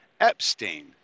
Epstein